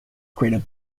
created